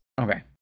Okay